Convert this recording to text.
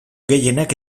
gehienak